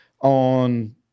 on